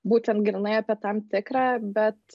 būtent grynai apie tam tikrą bet